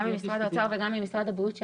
גם עם משרד האוצר וגם עם משרד הבריאות,